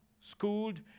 Schooled